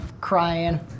crying